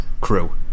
crew